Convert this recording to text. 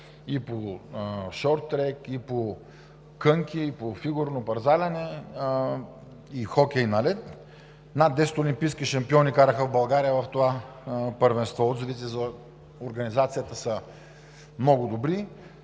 и по шорттрек, и по кънки, и по фигурно пързаляне, хокей на лед. Над десет олимпийски шампиони вкараха България в това първенство – отзивите за организацията са много добри.